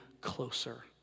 closer